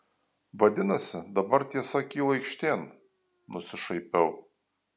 vadinasi dabar tiesa kyla aikštėn nusišaipiau